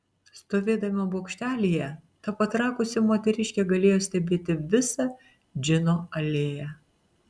stovėdama bokštelyje ta patrakusi moteriškė galėjo stebėti visą džino alėją